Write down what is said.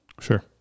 Sure